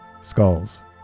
skulls